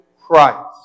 Christ